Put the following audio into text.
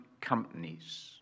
companies